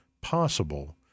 possible